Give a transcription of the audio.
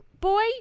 Boy